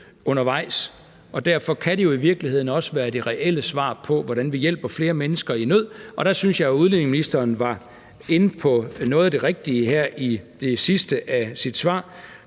undervejs, og derfor kan det jo i virkeligheden også være det reelle svar på, hvordan vi hjælper flere mennesker i nød. Kl. 16:08 Der synes jeg, at udlændinge- og integrationsministeren var inde på noget af det rigtige i det sidste af sit svar,